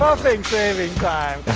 saving time.